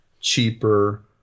cheaper